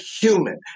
human